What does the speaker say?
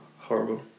horrible